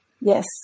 Yes